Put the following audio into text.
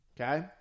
Okay